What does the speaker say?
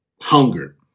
Hunger